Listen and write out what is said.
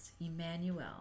Emmanuel